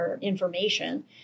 information